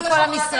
של כל עם ישראל,